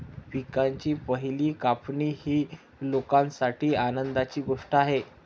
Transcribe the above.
पिकांची पहिली कापणी ही लोकांसाठी आनंदाची गोष्ट आहे